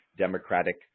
Democratic